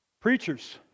Preachers